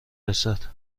رسد